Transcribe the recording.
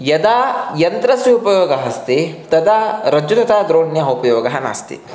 यदा यन्त्रस्य उपयोगः अस्ति तदा रज्जोः तथा द्रोण्याः उपयोगः नास्ति